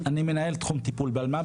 אני מנהל תחום טיפול באלמ"פ,